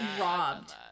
robbed